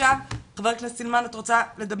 עכשיו חברת הכנסת סילמן את רוצה לדבר?